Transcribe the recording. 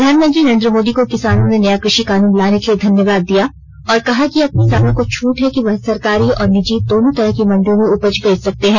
प्रधानमंत्री नरेंद्र मोदी को किसानों ने नया कृषि कानून लाने के लिए धन्यवाद दिया और कहा कि अब किसानों को छूट है कि वह सरकारी और निजी दोनों तरह की मंडियों में उपज बेच सकते हैं